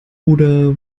oder